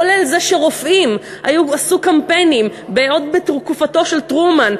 כולל זה שרופאים עשו קמפיינים עוד בתקופתו של טרומן,